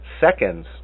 seconds